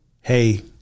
Hey